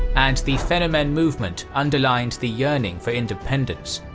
and the fennoman movement underlined the yearning for independence.